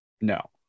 No